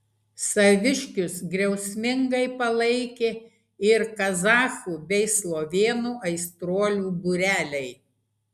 saviškius griausmingai palaikė ir kazachų bei slovėnų aistruolių būreliai